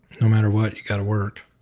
no matter what, you got to work.